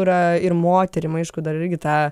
yra ir moterim aišku dar irgi ta